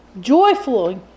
Joyful